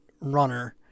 runner